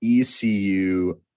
ECU